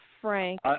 Frank